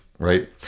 right